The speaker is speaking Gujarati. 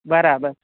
બરાબર